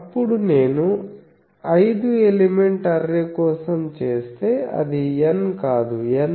అప్పుడు నేను ఐదు ఎలిమెంట్ అర్రే కోసం చేస్తే అది N కాదు N 1 5 కి సమానం